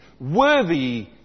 worthy